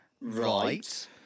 right